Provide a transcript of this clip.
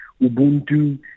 Ubuntu